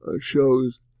shows